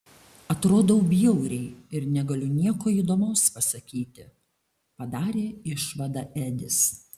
atrodau bjauriai ir negaliu nieko įdomaus pasakyti padarė išvadą edis